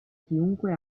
chiunque